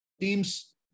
teams